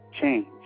change